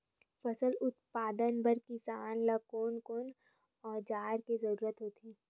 फसल उत्पादन बर किसान ला कोन कोन औजार के जरूरत होथे?